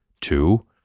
Two